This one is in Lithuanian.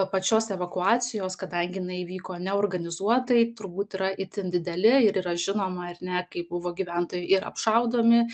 pačios evakuacijos kadangi jinai vyko neorganizuotai turbūt yra itin dideli ir yra žinoma ar ne kai buvo gyventojai ir apšaudomi